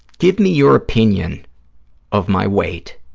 give me your opinion of my weight